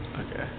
Okay